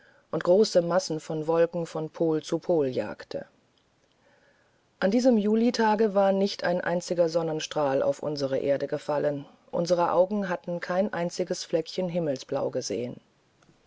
und große massen von wolken von pol zu pol jagte an diesem julitage war nicht ein einziger sonnenstrahl auf unsere erde gefallen unser auge hatte kein einziges fleckchen himmelsblau gesehen